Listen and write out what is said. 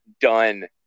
done